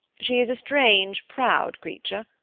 she is a strange, proud creature.